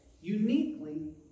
uniquely